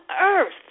earth